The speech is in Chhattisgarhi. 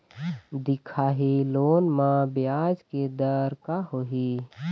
दिखाही लोन म ब्याज के दर का होही?